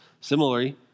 similarly